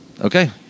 okay